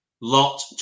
Lot